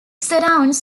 surrounds